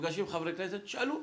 נפגשים עם חברי כנסת, תשאלו.